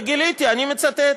וגיליתי, אני מצטט,